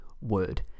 word